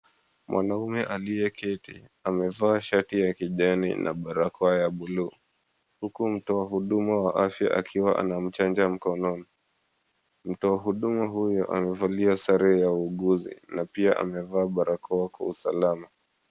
Mwanamume aliyeketi amevaa shati ya kijani na barakoa ya buluu. Huku mtoa huduma wa afya akiwa anamchanja mkononi. Mtoa huduma huyu amevalia sare ya uuguzi na pia amevaa barakoa kwa usalama.